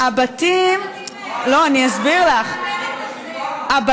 יהודים מתימן, שרכשו את הבתים האלה.